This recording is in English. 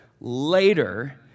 later